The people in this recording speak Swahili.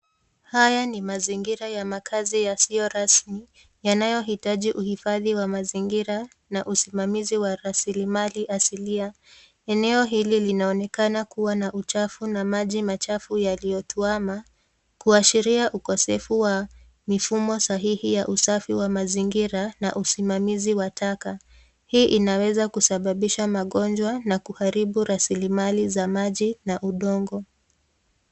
Haya ni mazingira ya makazi yasiyo rasmi, yanayohitaji uhifadhi wa mazingira na usimamizi wa rasilimali asilia. Eneo hili linaonekana kuwa na uchafu na maji machafu yaliyotuama kuashiria ukosefu wa mifumo sahihi wa mazingira na usimamizi wa taka. Hii inaweza kusababisha magonjwa na kuharibu rasilimali za maji na udongo.